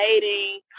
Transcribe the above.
dating